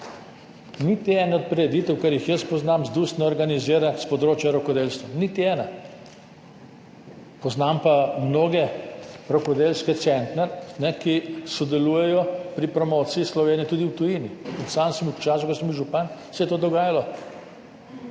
Niti ene od prireditev kar jih jaz poznam, ZDUS ne organizira s področja rokodelstva. Niti ene. Poznam pa mnoge rokodelske centre, ki sodelujejo pri promociji Slovenije tudi v tujini. Tudi sam sem v času, ko sem bil župan, se je to dogajalo.